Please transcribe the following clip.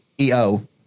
EO